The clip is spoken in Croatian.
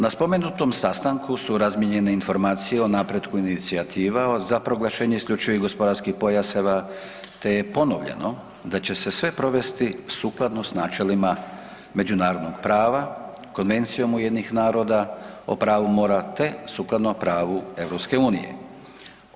Na spomenutom sastanku su razmijenjene informacije o napretku inicijativa za proglašenje isključivih gospodarskih pojaseva te je ponovljeno da će se sve provesti sukladno s načelima međunarodnog prava, Konvencijom UN-a o pravu mora te sukladno pravu EU-a.